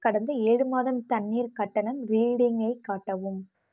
கடந்த ஏழு மாதம் தண்ணீர் கட்டணம் ரீடிங்கை காட்டவும்